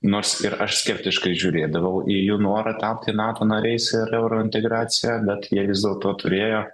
nors ir aš skeptiškai žiūrėdavau į jų norą tapti nato nariais ir eurointegracija bet jie vis dėlto turėjo